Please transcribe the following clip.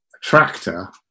tractor